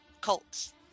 Colts